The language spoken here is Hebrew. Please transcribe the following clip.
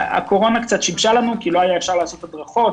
הקורונה קצת שיבשה לנו כי אי אפשר היה לעשות הדרכות,